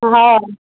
हँ